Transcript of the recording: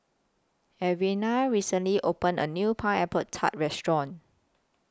Alvena recently opened A New Pineapple Tart Restaurant